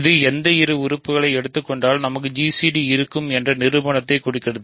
இது எந்த இரு உறுப்புகளை எடுத்துக்கொண்டாலும் நமக்கு gcd இருக்கும் என்ற நமது நிரூபணம் பூர்த்தி செய்கிறது